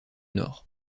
nord